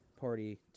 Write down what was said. party